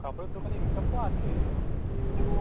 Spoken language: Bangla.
কাপড়ের দোকানে ইনকাম তো আছে কিন্তু